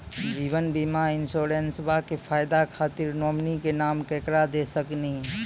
जीवन बीमा इंश्योरेंसबा के फायदा खातिर नोमिनी के नाम केकरा दे सकिनी?